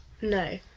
No